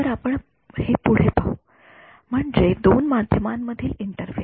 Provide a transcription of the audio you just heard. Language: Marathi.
तर आपण हे पुढे पाहू म्हणजे दोन माध्यमांमधील इंटरफेस